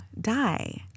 die